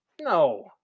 No